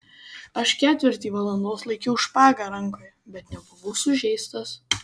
aš ketvirtį valandos laikiau špagą rankoje bet nebuvau sužeistas